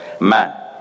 man